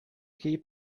keep